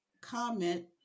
comment